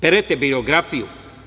Perete biografiju.